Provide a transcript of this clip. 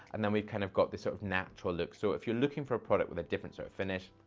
and then we've kind of got this sort of natural look. so if you're looking for a product with a different sort of finish,